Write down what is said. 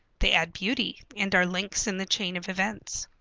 they add beauty, and are links in the chain of events.